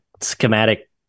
schematic